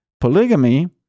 polygamy